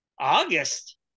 August